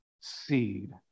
seed